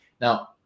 now